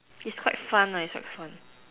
is quite fun ah is quite fun